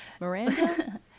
miranda